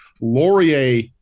Laurier